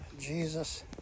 Jesus